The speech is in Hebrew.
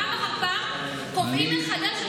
פעם אחר פעם קובעים מחדש,